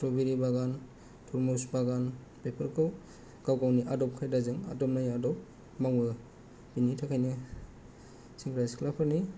strawberry बागान तरमुस बागान बेफोरखौ गाव गावनि आदब खायदाजों आदब नाय आदब मावो बिनि थाखायनो सेंग्रा सिख्लाफोरनि